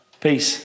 Peace